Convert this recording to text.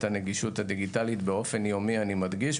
הנגישות הדיגיטלית באופן יומי אני מדגיש,